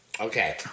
Okay